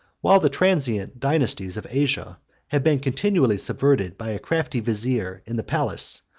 while the transient dynasties of asia have been continually subverted by a crafty vizier in the palace,